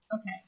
Okay